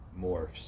morphs